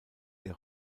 der